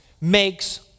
makes